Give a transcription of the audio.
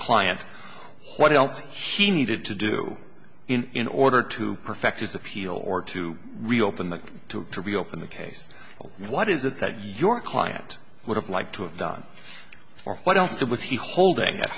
client what else he needed to do in order to perfect his appeal or to reopen the to reopen the case or what is it that your client would have liked to have done or what else did was he holding at